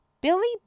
Billy